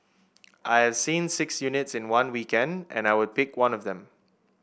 I have seen six units in one weekend and I would pick one of them